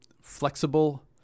flexible